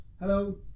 Hello